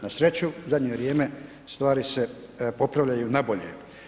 Na sreću u zadnje vrijeme stvari se popravljaju na bolje.